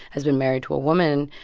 has been married to a woman.